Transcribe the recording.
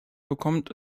bekommt